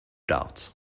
doubt